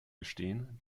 gestehen